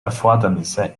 erfordernisse